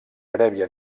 prèvia